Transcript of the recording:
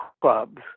clubs